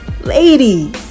lady